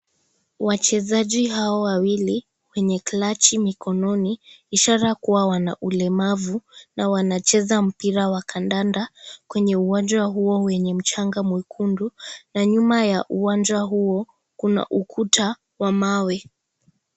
Wachezaji hao wawili wenye crachi mikononi ishara kuwa wana ulemavu, na wanacheza mpira wa kandanda kwenye uwanja huo wenye mchanga mwekundu, na nyuma ya uwanja huo kuna ukuta wa mawe.